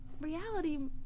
reality